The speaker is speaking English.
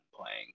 playing